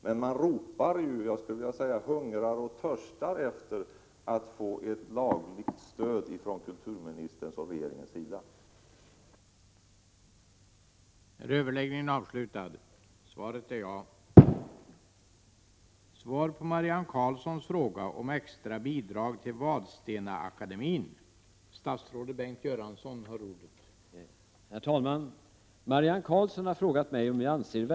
Men man hungrar och törstar efter att få ett lagligt stöd från kulturministerns och regeringens sida i detta arbete.